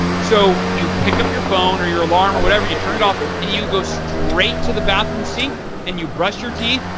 so, you pick up your phone or your alarm or whatever. you turn it off and you go straight to the bathroom sink and you brush your teeth,